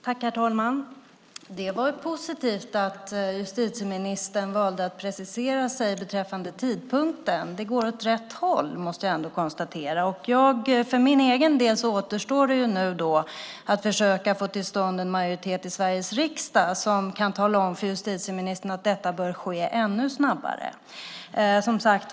Herr talman! Det var positivt att justitieministern valde att precisera sig beträffande tidpunkten. Det går år rätt håll, måste jag ändå konstatera. För min egen del återstår det nu att försöka få till stånd en majoritet i Sveriges riksdag som kan tala om för justitieministern att detta bör ske ännu snabbare.